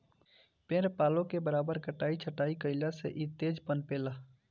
पेड़ पालो के बराबर कटाई छटाई कईला से इ तेज पनपे ला